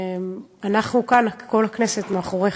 ואנחנו כאן, כל הכנסת, מאחוריך.